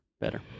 better